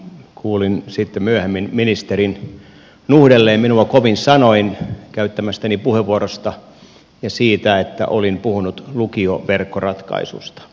kuulin sitten myöhemmin ministerin nuhdelleen minua kovin sanoin käyttämästäni puheenvuorosta ja siitä että olin puhunut lukioverkkoratkaisusta